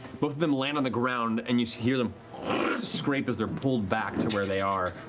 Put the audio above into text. both of them land on the ground, and you hear them scrape as they're pulled back to where they are.